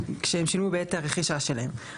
כשהם שילמו בעת הרכישה שלהם.